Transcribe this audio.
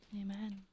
Amen